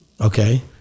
Okay